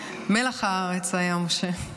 מלח הארץ היה משה,